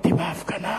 הייתי בהפגנה